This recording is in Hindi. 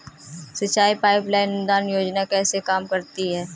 सिंचाई पाइप लाइन अनुदान योजना कैसे काम करती है?